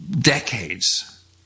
decades